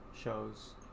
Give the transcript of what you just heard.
shows